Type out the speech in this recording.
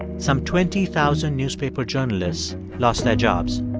some twenty thousand newspaper journalists lost their jobs